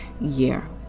year